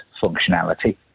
functionality